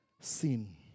sin